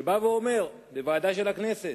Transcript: שבא ואומר לוועדה של הכנסת: